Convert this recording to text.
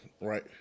right